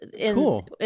Cool